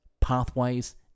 pathways